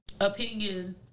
opinion